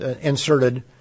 inserted